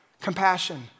Compassion